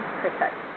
protect